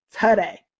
today